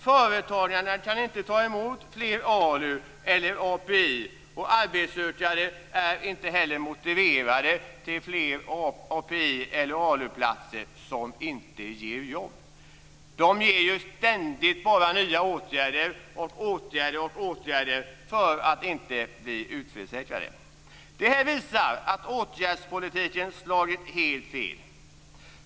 Företagarna kan inte ta emot fler ALU eller API, och de arbetssökande är inte heller motiverade till fler API eller ALU-platser som inte ger jobb. De ges ju ständigt bara nya åtgärder, åtgärder och åtgärder för att inte bli utförsäkrade. Det visar att åtgärdspolitiken har slagit helt fel.